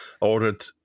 ordered